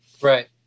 Right